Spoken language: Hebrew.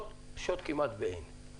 כמעט ואין לנו שוט.